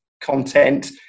content